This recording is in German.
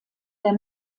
der